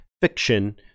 fiction